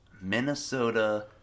Minnesota